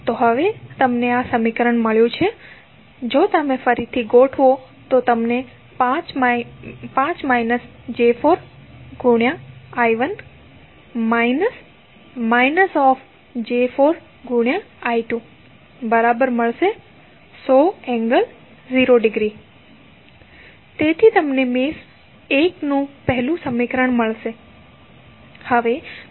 તો હવે તમને આ સમીકરણ મળ્યું છે જો તમે ફરીથી ગોઠવો તો તમને 5−j4 I1 − −j4I2 100∠0◦ મળશે તેથી તમને મેશ 1 નું પહેલું સમીકરણ મળશે